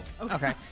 Okay